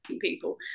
people